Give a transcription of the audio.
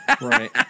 Right